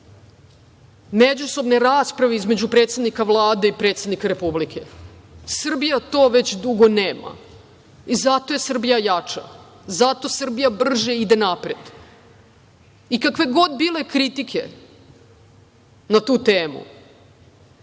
međusobne rasprave između predsednika Vlade i predsednika Republike. Srbija to već dugo nema i zato je Srbija jača i zato Srbija brže ide napred i kakve god bile kritike na tu temu,